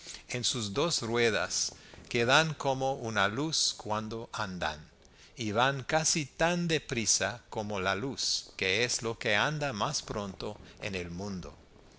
en sus dos ruedas que dan como una luz cuando andan y van casi tan de prisa como la luz que es lo que anda más pronto en el mundo